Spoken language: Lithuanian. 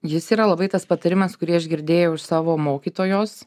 jis yra labai tas patarimas kurį aš girdėjau iš savo mokytojos